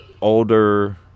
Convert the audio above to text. older